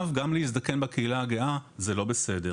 ועכשיו, גם להזדקן בקהילה הגאה זה לא בסדר.